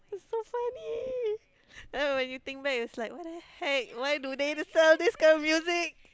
so funny now when you think back it's like why the heck why do they sell this kind of music